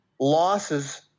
losses